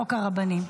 חוק הרבנים.